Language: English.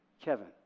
Kevin